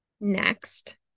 Next